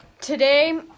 today